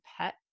pet